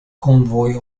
convoy